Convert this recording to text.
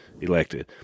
elected